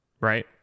right